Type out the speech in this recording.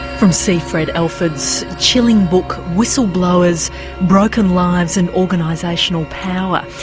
from c fred alford's chilling book, whistleblowers broken lives and organisational power.